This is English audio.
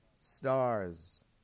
stars